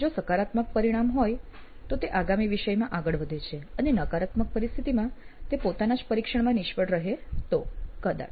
જો સકારાત્મક પરિણામ હોય તો તે આગામી વિષયમાં આગળ વધે છે અને નકારત્મક પરિસ્થિતમાં તે પોતાના જ પરીક્ષણમાં નિષ્ફળ રહે તો કદાચ